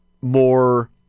more